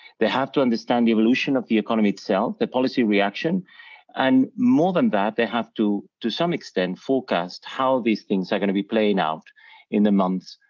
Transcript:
they have to understand the evolution of the economy itself, the policy reaction and more than that they have to to some extent forecast how these things are gonna be playing out in the months,